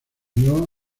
unió